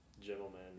gentleman